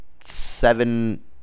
seven